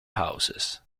houses